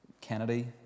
Kennedy